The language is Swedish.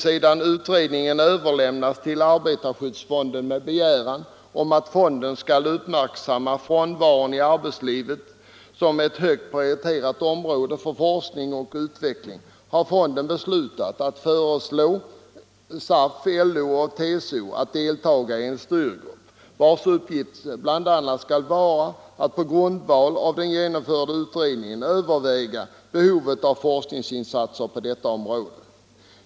Sedan utredningen överlämnades till arbetarskyddsfonden med begäran att fonden skulle uppmärksamma frånvaron i arbetslivet som ett högprioriterat område för forskning och utveckling har fonden beslutat att föreslå SAF, LO och TCO att deltaga i en styrgrupp, vars uppgift bl.a. skall vara att på grundval av den genomförda utredningen överväga behovet av forskningsinsatser på detta område.